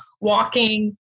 walking